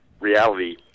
reality